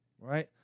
right